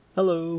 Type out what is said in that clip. Hello